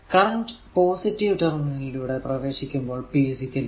current positive terminal ലൂടെ പ്രവേശിക്കുമ്പോൾ p vi